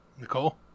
nicole